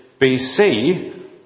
BC